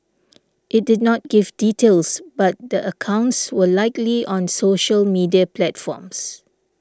it did not give details but the accounts were likely on social media platforms